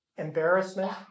embarrassment